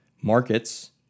markets